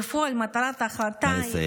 בפועל, מטרת ההחלטה, נא לסיים.